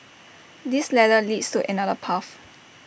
this ladder leads to another path